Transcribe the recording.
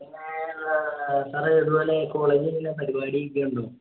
പിന്നെ സാറേ അതുപോലെ കോളേജിൽ എങ്ങനെയാണ് പരിപാടി ഒക്കെ ഉണ്ടോ